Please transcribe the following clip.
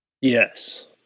Yes